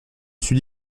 suis